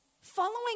Following